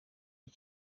iki